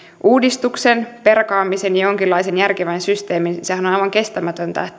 uudistuksen perkaamisen jonkinlaisen järkevän systeemin sehän on aivan kestämätöntä